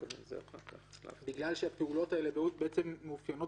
בגלל שהפעולות האלה בעצם מאופיינות